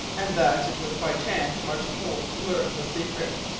and that it was by chance martin holt learned the secret.